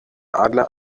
adler